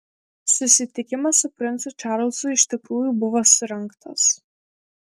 susitikimas su princu čarlzu iš tikrųjų buvo surengtas